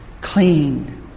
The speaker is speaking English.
clean